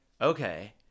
okay